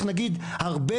הרבה